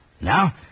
Now